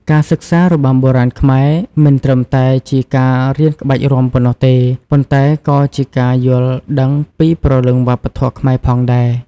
ការសិក្សារបាំបុរាណខ្មែរ មិនត្រឹមតែជាការរៀនក្បាច់រាំប៉ុណ្ណោះទេ ប៉ុន្តែក៏ជាការយល់ដឹងពីព្រលឹងវប្បធម៌ខ្មែរផងដែរ។